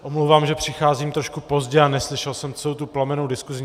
Omlouvám se, že přicházím trošku pozdě a neslyšel jsem celou tu plamennou diskusi.